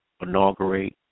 inaugurate